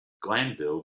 glanville